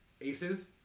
aces